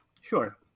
Sure